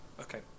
Okay